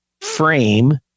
frame